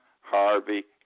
Harvey